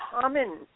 common